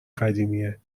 قدیمه